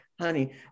honey